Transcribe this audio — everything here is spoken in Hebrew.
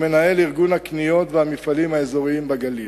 ומנהל ארגון הקניות והמפעלים האזוריים בגליל,